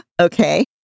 okay